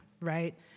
right